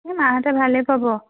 এই মাহঁতে ভালেই পাব